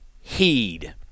heed